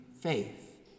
faith